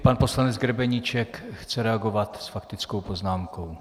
Pan poslanec Grebeníček chce reagovat s faktickou poznámkou.